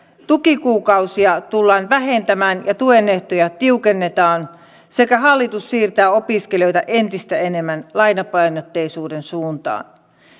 tukikuukausia tullaan vähentämään ja tuen ehtoja tiukennetaan sekä hallitus siirtää opiskelijoita entistä enemmän lainapainotteisuuden suuntaan